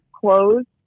closed